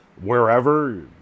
wherever